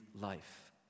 life